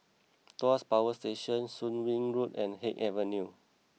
Tuas Power Station Soon Wing Road and Haig Avenue